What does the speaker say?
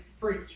preach